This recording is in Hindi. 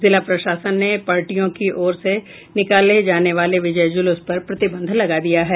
जिला प्रशासन ने पार्टियों की ओर से निकाले जाने वाले विजय ज़लूस पर प्रतिबंध लगा दिया है